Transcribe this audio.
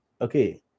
okay